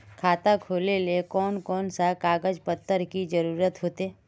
खाता खोलेले कौन कौन सा कागज पत्र की जरूरत होते?